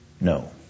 No